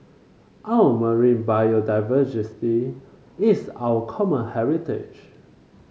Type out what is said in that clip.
our marine biodiversity is our common heritage